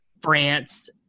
France